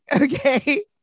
okay